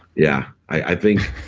yeah. i think,